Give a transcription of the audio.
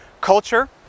culture